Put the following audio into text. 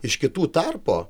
iš kitų tarpo